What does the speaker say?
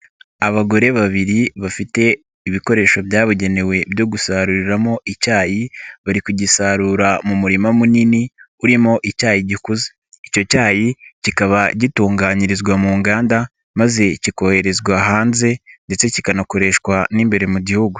Abagore babiri bafite ibikoresho byabugenewe byo gusaruriramo icyayi, bari kugisarura mu murima munini, urimo icyayi gikuze. Icyo cyayi kikaba gitunganyirizwa mu nganda maze kikoherezwa hanze ndetse kikanakoreshwa n'imbere mu gihugu.